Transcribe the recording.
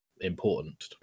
important